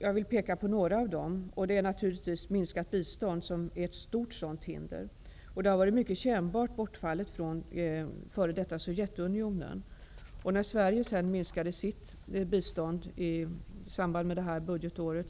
Jag vill peka på några av dem. Ett stort sådant hinder är naturligtvis ett minskat bistånd. Bortfallet från f.d. Sovjetunionen har varit mycket kännbart. När Sverige sedan minskade sitt bistånd i samband med detta budgetår